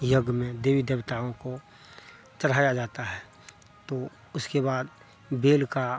यज्ञ में देवी देवताओं को चढ़ाया जाता है तो उसके बाद बेल का